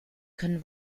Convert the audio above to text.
können